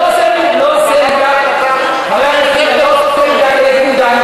לא עושה מידה כנגד מידה.